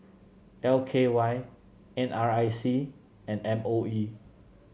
L K Y N R I C and M O E